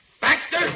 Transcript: Baxter